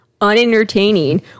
unentertaining